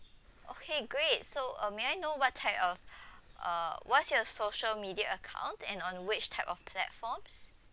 okay great so uh may I know what type of uh what's your social media account and on which type of platforms